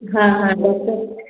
हाँ हाँ डॉक्टर